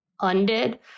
undid